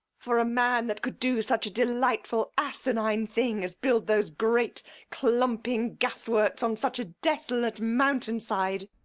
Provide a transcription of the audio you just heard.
for a man that could do such a delightful asinine thing as build those great clumping gas-works on such a desolate mountain side.